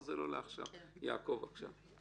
יעקב, בבקשה.